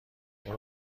برو